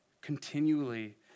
Continually